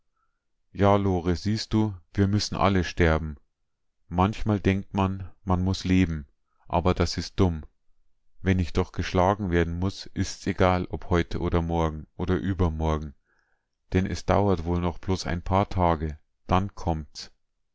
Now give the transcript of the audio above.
ja lore siehst du wir müssen alle sterben manchmal denkt man man muß leben aber das ist dumm wenn ich doch geschlagen werden muß ist's egal ob heute oder morgen oder übermorgen denn es dauert doch wohl bloß ein paar tage dann kommt's